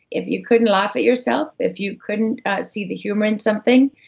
if you couldn't laugh at yourself, if you couldn't see the humor in something,